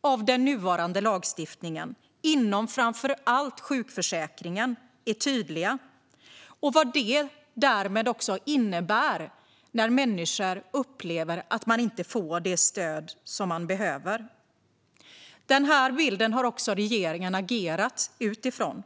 av den nuvarande lagstiftningen inom framför allt sjukförsäkringen blivit tydliga och vad det därmed också innebär när människor upplever att de inte får det stöd de behöver. Denna bild har regeringen också agerat utifrån.